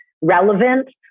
relevant